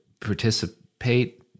participate